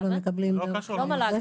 לא מל"ג.